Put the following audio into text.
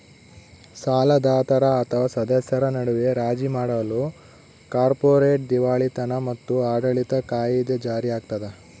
ಸಾಲದಾತರ ಅಥವಾ ಸದಸ್ಯರ ನಡುವೆ ರಾಜಿ ಮಾಡಲು ಕಾರ್ಪೊರೇಟ್ ದಿವಾಳಿತನ ಮತ್ತು ಆಡಳಿತ ಕಾಯಿದೆ ಜಾರಿಯಾಗ್ತದ